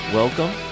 welcome